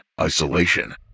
isolation